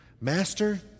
Master